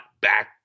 back